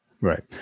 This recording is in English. Right